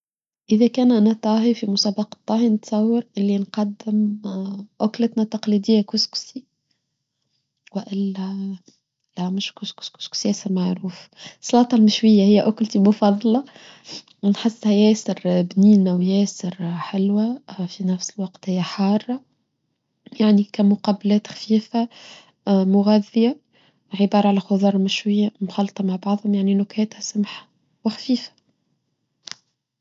إذا كان أنا طاهي في مسابقة طاهي نتصور اللي نقدم أوكلتنا التقليدية كوسكوسي وإلا لا مش كوسكوس كوسكوسيا سمعروف صلاطة المشوية هي أكلتي بفضلة نحسها ياسر بنينة وياسر حلوة في نفس الوقت هي حارة يعني كمقابلات خفيفة مغذية عبارة على خضر مشوية مخلطة مع بعضهم يعني نكاتها سمحة وخفيفة.